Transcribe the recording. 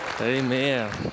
Amen